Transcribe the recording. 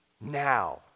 Now